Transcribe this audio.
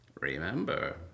Remember